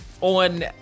on